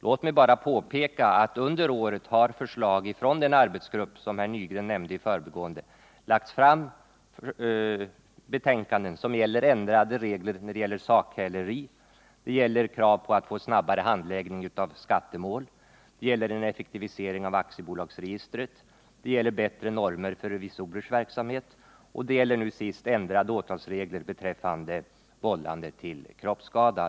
Låt mig bara påpeka att den arbetsgrupp eller rättare styrgrupp som Arne Nygren nämnde under året lagt fram betänkanden som avser ändring av reglerna när det gäller sakhäleri, krav på snabbare handläggning av 85 skattemål, effektivisering av aktiebolagsregistret, bättre normer för revisorers verksamhet och nu senast ändring av åtalsreglerna beträffande vållande av kroppsskada.